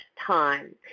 time